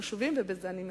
ובזה אסיים: